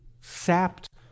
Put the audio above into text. sapped